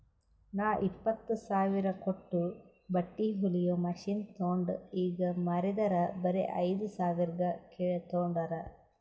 ನಾ ಇಪ್ಪತ್ತ್ ಸಾವಿರ ಕೊಟ್ಟು ಬಟ್ಟಿ ಹೊಲಿಯೋ ಮಷಿನ್ ತೊಂಡ್ ಈಗ ಮಾರಿದರ್ ಬರೆ ಐಯ್ದ ಸಾವಿರ್ಗ ತೊಂಡಾರ್